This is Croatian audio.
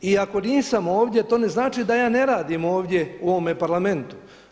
I ako nisam ovdje to ne znači da ja ne radim ovdje u ovome Parlamentu.